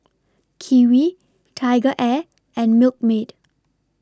Kiwi TigerAir and Milkmaid